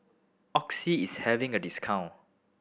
Oxy is having a discount